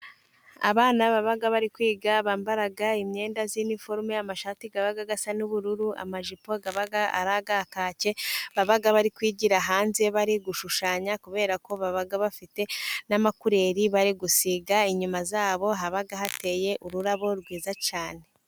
Abana baba bari kwiga bambara imyenda ya iniforume, amashati aba asa n'ubururu, amajipo aba ari aya kake, baba bari kwigira hanze bari gushushanya, kubera ko baba bafite n'amakureri bari gusiga, inyuma yabo haba hateye ururabo rwiza cyane.